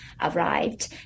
arrived